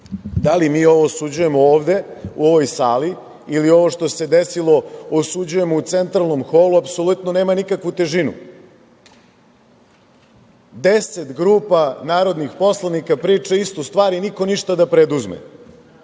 da li mi ovo osuđujemo ovde u ovoj sali ili ovo što se desilo osuđujemo u centralnom holu, apsolutno neman nikakvu težinu. Deset grupa narodnih poslanika priča istu stvar i niko ništa da